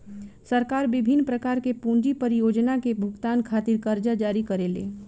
सरकार बिभिन्न प्रकार के पूंजी परियोजना के भुगतान खातिर करजा जारी करेले